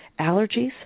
allergies